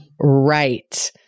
right